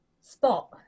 spot